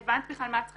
הבנת בכלל מה את צריכה,